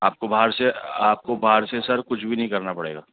آپ کو باہر سے آپ کو باہر سے سر کچھ بھی نہیں کرنا پڑے گا